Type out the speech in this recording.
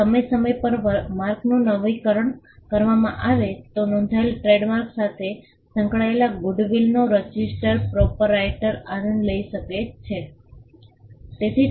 જો સમય સમય પર માર્કનું નવીકરણ કરવામાં આવે તો નોંધાયેલ ટ્રેડમાર્ક સાથે સંકળાયેલ ગુડવિલનો રજિસ્ટર્ડ પ્રોપ્રાઇટર આનંદ લઈ શકે છે